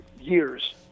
years